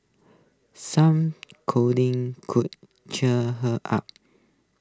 some cuddling could cheer her up